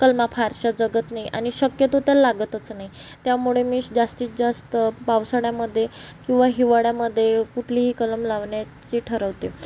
कलमा फारश्या जगत नाही आणि शक्यतो त्या लागतच नाही त्यामुळे मी जास्तीत जास्त पावसाळ्यामध्ये किंवा हिवाळ्यामध्ये कुठलीही कलम लावण्याचे ठरवते